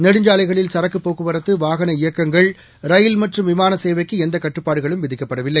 நெடுஞ்சாலைகளில் சரக்குப் போக்குவரத்து வாகன இயக்கங்கள் ரயில் மற்றும் விமான சேவைக்கு எந்தக் கட்டுப்பாடுகளும் விதிக்கப்படவில்லை